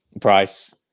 Price